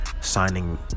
signing